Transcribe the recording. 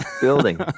building